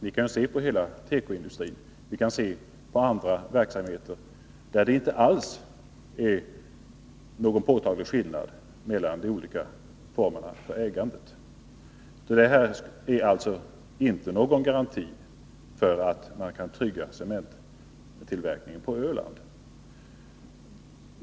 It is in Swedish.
Vi kan se på hela tekoindustrin och på andra verksamheter, där det inte alls är någon påtaglig skillnad mellan de olika formerna för ägandet. Det är alltså inte någon garanti för att vi skall kunna trygga cementtillverkningen på Öland.